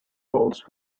roles